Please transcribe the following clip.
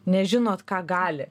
nežinot ką gali